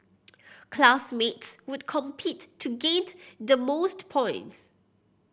classmates would compete to gained the most points